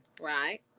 right